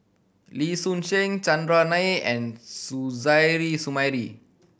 Lee Soon Seng Chandran Nair and Suzairhe Sumari